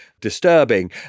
disturbing